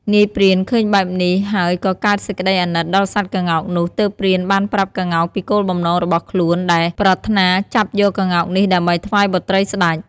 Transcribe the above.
នាយព្រានឃើញបែបនេះហើយក៏កើតសេចក្តីអាណិតដល់សត្វក្ងោកនោះទើបព្រានបានប្រាប់ក្ងោកពីគោលបំណងរបស់ខ្លូនដែលប្រាថ្នាចាប់យកក្ងោកនេះដើម្បីថ្វាយបុត្រីស្តេច។